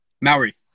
maori